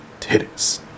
titties